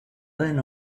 then